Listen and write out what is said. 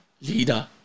leader